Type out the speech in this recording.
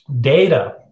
data